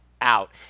out